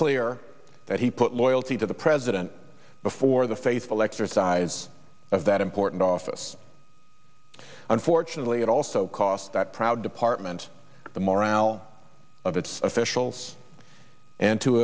clear that he put loyalty to the president before the fateful exercise of that important office unfortunately it also cost that proud department the moral of its officials and t